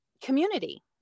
community